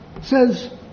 says